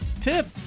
tip